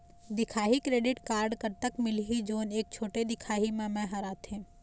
दिखाही credit card कतक मिलही जोन एक छोटे दिखाही म मैं हर आथे?